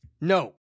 No